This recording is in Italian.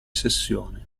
sessione